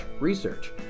Research